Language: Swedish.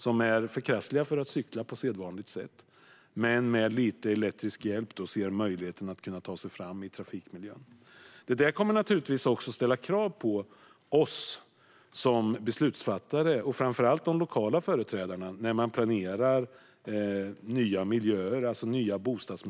De är för krassliga för att kunna cykla på sedvanligt sätt, men med lite elektrisk hjälp ser de en möjlighet att kunna ta sig fram i trafikmiljön. Det här kommer naturligtvis att ställa krav på oss som beslutsfattare - framför allt de lokala företrädarna - när nya bostadsmiljöer planeras.